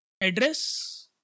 address